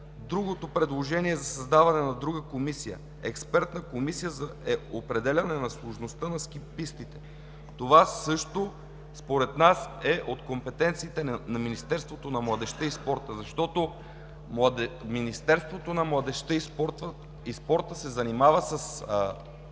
Другото предложение – за създаване на друга Експертна комисия за определяне на сложността на ски пистите, това също според нас е от компетенциите на Министерството на младежта и спорта, защото Министерството на младежта и спорта се занимава с